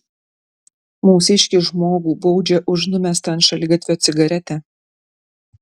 mūsiškį žmogų baudžia už numestą ant šaligatvio cigaretę